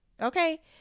okay